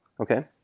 Okay